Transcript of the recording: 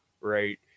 right